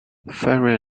fairy